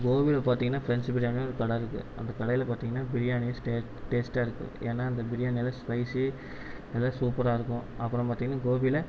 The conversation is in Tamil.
கோபியில பார்த்திங்கனா ஃப்ரெண்ட்ஸு பிரியாணின் ஒரு கடை இருக்கு அந்த கடையில் பார்த்திங்கனா பிரியாணி ஸ்டே டேஸ்ட்டாக இருக்கு ஏன்னா அந்த பிரியாணி நல்லா ஸ்பைசி நல்லா சூப்பராக இருக்கும் அப்புறோம் பார்த்திங்கனா கோபியில